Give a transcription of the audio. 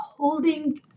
holding